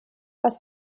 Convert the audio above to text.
was